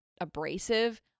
abrasive